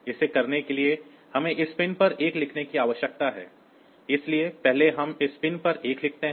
इसे करने के लिए हमें इस पिन पर 1 लिखने की आवश्यकता है इसलिए पहले हम इस पिन पर 1 लिखते हैं